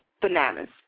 bananas